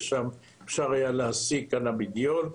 ששם אפשר היה להשיג קנאבידיול,